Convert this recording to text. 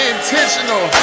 Intentional